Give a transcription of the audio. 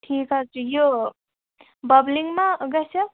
ٹھیٖک حظ چھُ یہِ بَبلِنگ ما گژھِ اَتھ